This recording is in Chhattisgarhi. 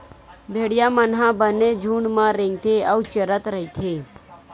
भेड़िया मन ह बने झूंड म रेंगथे अउ चरत रहिथे